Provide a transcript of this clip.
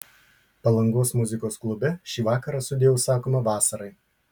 palangos muzikos klube šį vakarą sudieu sakoma vasarai